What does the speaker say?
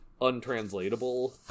untranslatable